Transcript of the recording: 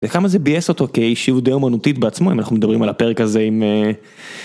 זה כמה זה ביאס אותו כאיש יהודי אמנותית בעצמו אם אנחנו מדברים על הפרק הזה עם.